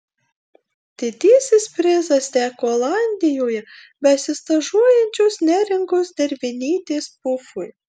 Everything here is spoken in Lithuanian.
didysis prizas teko olandijoje besistažuojančios neringos dervinytės pufui